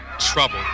trouble